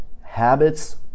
habits